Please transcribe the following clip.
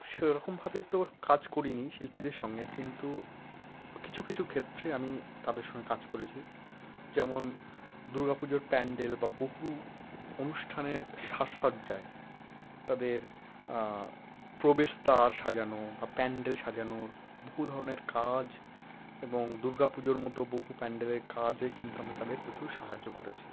সেরকমভাবে তো কাজ করিনি শিল্পীদের সঙ্গে কিন্তু কিছু কিছু ক্ষেত্রে আমি তাদের সঙ্গে কাজ করেছি যেমন দুর্গা পুজোর প্যান্ডেল বা বহু অনুষ্ঠানের স্বাদ যায় তাদের প্রবেশদ্বার সাজানো বা প্যান্ডেল সাজানোর বহু ধরনের কাজ এবং দূর্গাপুজোর মতো বহু প্যান্ডেলের কাজেই কিন্তু আমি তাদের প্রচুর সাহায্য করেছি